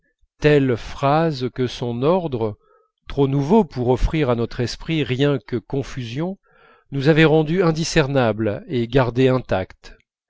telle phrase que son ordre trop nouveau pour offrir à notre esprit rien que confusion nous avait rendue indiscernable et gardée intacte